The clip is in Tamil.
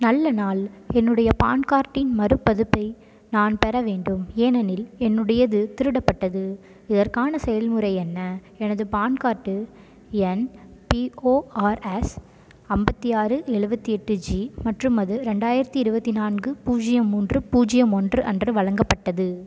நல்ல நாள் என்னுடைய பான் கார்டின் மறுபதிப்பை நான் பெற வேண்டும் ஏனெனில் என்னுடையது திருடப்பட்டது இதற்கான செயல்முறை என்ன எனது PAN card P O R S எஸ் ஐம்பத்தி ஆறு எழுவத்தி எட்டு ஜி மற்றும் அது ரெண்டாயிரத்தி இருபத்தி நான்கு பூஜ்ஜியம் மூன்று பூஜ்ஜியம் ஒன்று அன்று வழங்கப்பட்டது